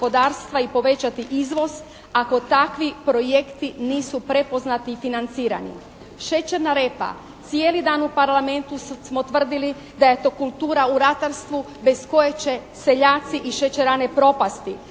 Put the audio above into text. i povećati izvoz ako takvi projekti nisu prepoznati i financirani? Šećerna repa. Cijeli dan u Parlamentu smo tvrdili da je to kultura u ratarstvu bez koje će seljaci i šećerane propasti.